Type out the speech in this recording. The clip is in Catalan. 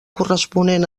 corresponent